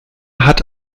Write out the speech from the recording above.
hat